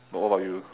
but what about you